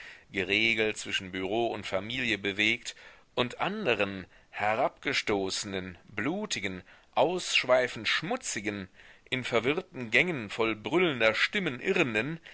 geregelt zwischen bureau und familie bewegt und anderen herabgestoßenen blutigen ausschweifend schmutzigen in verwirrten gängen voll brüllender stimmen irrenden